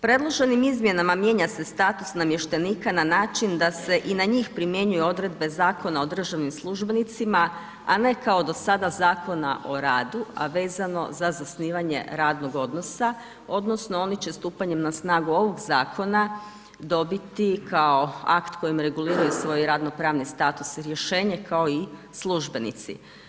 Predloženim izmjenama mijenja se status namještenika na način da se i na njih primjenjuju odredbe Zakona o državnim službenicima a ne kao do sada Zakona o radu a vezano za zasnivanje radnog odnosa odnosno oni će stupanjem na snagu ovog zakona dobiti kao akt kojim reguliraju svoj radno-pravni status rješenje kao i službenici.